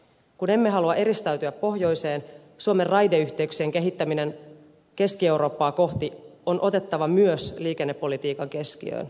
kun emme halua eristäytyä pohjoiseen suomen raideyhteyksien kehittäminen keski eurooppaa kohti on otettava myös liikennepolitiikan keskiöön